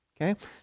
okay